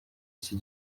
iki